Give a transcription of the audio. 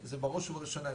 זה בראש ובראשונה.